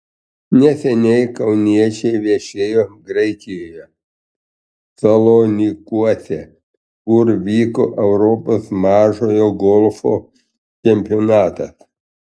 neseniai kauniečiai viešėjo graikijoje salonikuose kur vyko europos mažojo golfo čempionatas